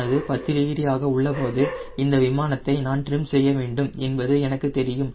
ஆனது 10 டிகிரி ஆக உள்ளபோது இந்த விமானத்தை நான் ட்ரிம் செய்ய வேண்டும் என்பது எனக்கு தெரியும்